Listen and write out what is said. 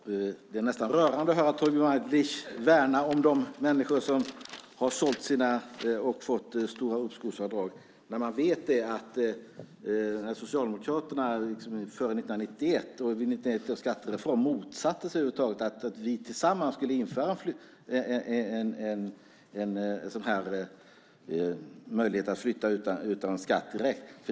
Fru talman! Det är nästan rörande att höra Tommy Waidelich värna om de människor som har sålt och fått stora uppskovsavdrag. Vi vet ju att Socialdemokraterna före 1991 års skattereform motsatte sig att vi tillsammans skulle införa möjligheten att flytta utan att betala skatt direkt.